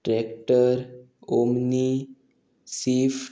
tractor omni swift